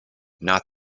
not